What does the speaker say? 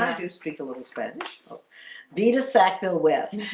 ah do speak a little spanish vita sackville-west,